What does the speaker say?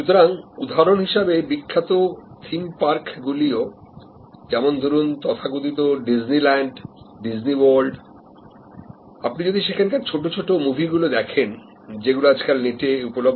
সুতরাং উদাহরণ হিসাবে বিখ্যাত থিমপার্ক গুলিও যেমন ধরুন তথাকথিত ডিজনিল্যান্ড ডিজনিওয়ার্ল্ড আপনি যদি সেখানকার ছোট ছোট মুভিগুলো দেখেন যেগুলো আজকাল নেটে উপলব্ধ